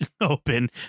open